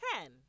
ten